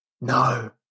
no